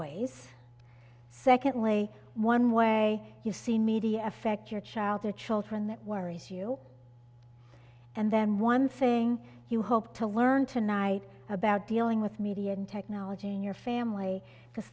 ways secondly one way you see media affect your child or children that worries you and then one thing you hope to learn tonight about dealing with media and technology in your family because